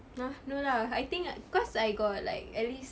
!huh! no lah I think cause I got like at least